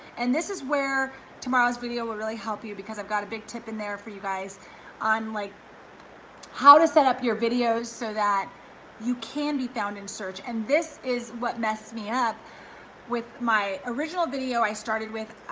and this is where tomorrow's video will really help you because i've got a big tip in there for you guys on like how to set up your videos so that you can be found in search. and this is what messed me up with my original video i started with,